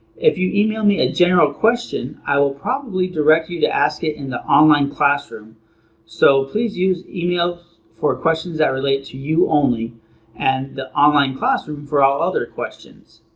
if you email me a general question, i will probably direct you to ask it in the online classroom so please use email for questions that relate to you only and the online classroom for all other questions.